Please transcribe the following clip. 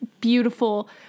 beautiful